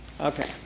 Okay